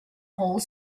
whole